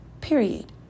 Period